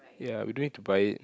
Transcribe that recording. ya we don't need to buy